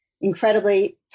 incredibly